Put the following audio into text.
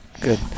good